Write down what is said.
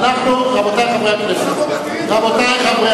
רבותי חברי